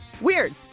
weird